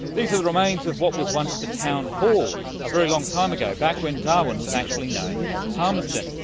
these are the remains of what was once the town hall, a very long time ago, back when darwin was actually known as palmerston.